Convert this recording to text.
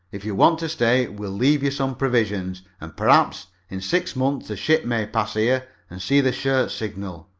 if you want to stay we'll leave you some provisions, and perhaps, in six months, a ship may pass here and see the shirt signal.